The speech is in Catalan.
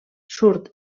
surt